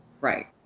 Right